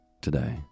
today